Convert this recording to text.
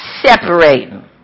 separating